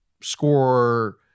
score